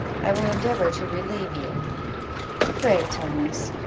i will endeavour to relieve you pray, thomas,